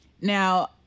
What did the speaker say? Now